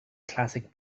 classic